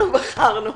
אנחנו בחרנו?